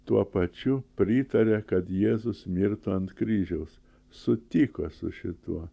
tuo pačiu pritarė kad jėzus mirtų ant kryžiaus sutiko su šituo